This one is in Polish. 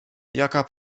jaka